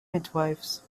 midwives